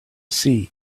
sea